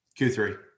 Q3